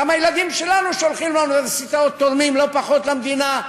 גם הילדים שלנו שהולכים לאוניברסיטאות תורמים לא פחות למדינה,